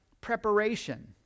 preparation